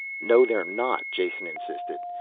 no, they're not, jason insisted.